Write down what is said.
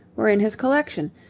were in his collection,